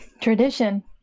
Tradition